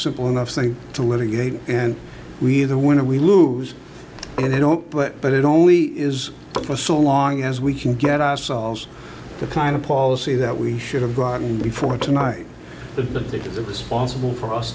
simple enough thing to litigate and we either win or we lose and they don't but but it only is for so long as we can get ourselves the kind of policy that we should have brought in before tonight the to do the responsible for us